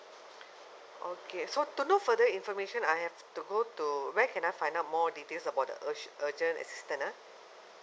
okay to know further information I have to go to where can I find out more details about the urge urgent assistance ah